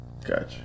Gotcha